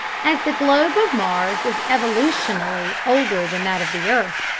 as the globe of mars is evolutionally older than that of the earth,